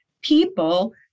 people